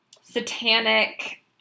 satanic